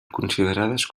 considerades